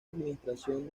administración